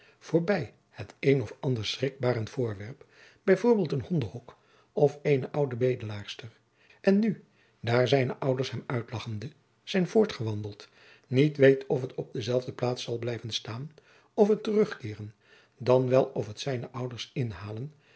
voorbij het een of ander schrikbarend acob van lennep de pleegzoon voorwerp b v een hondehok of eene oude bedelaarster en nu daar zijne ouders hem uitlagchende zijn voortgewandeld niet weet of het op dezelfde plaats zal blijven staan of het terugkeeren dan wel of het zijne ouders inhalen